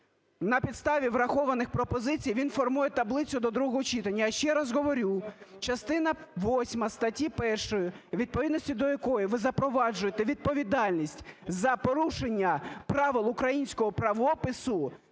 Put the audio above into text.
на підставі врахованих пропозицій він формує таблицю до другого читання. Я ще раз говорю, частина восьма статті 1, у відповідності до якої ви запроваджуєте відповідальність за порушення правил українського правопису